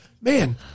man